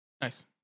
Nice